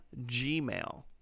gmail